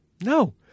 No